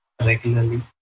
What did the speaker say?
regularly